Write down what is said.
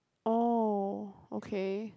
oh okay